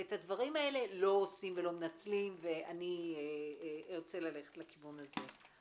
את הדברים האלה לא מנצלים, וארצה ללכת לכיוון הזה.